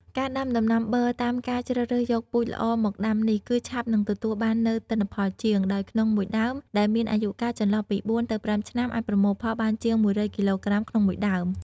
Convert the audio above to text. ការដាំដំណាំប័រតាមការជ្រើសរើសយកពូជល្អមកដាំនេះ គឺឆាប់នឹងទទួលបាននូវទិន្នផលជាង ដោយក្នុង១ដើមដែលមានអាយុកាលចន្លោះពី៤ ទៅ ៥ឆ្នាំ អាចប្រមូលផលបានជាង ១០០គីឡូក្រាម ក្នុង ១ដើម។